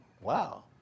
wow